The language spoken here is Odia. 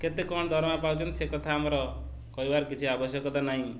କେତେ କ'ଣ ଦରମା ପାଉଛନ୍ତି ସେ କଥା ଆମର କହିବାର କିଛି ଆବଶ୍ୟକତା ନାହିଁ